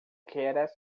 keras